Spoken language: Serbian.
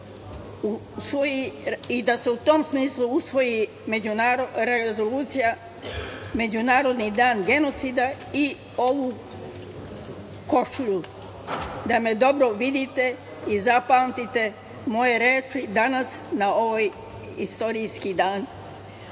i da se u tom smislu usvoji rezolucija i međunarodni dan genocida i ovu košulju, da me dobro vidite i zapamtite moje reči danas na ovaj istorijski dan. Dete